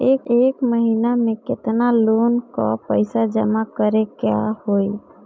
एक महिना मे केतना लोन क पईसा जमा करे क होइ?